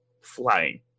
Flying